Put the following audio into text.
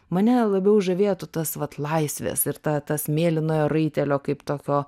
mane labiau žavėtų tas vat laisvės ir ta tas mėlynojo raitelio kaip tokio